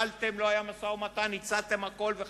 נכשלתם, לא היה משא-ומתן, הצעתם הכול וכדומה.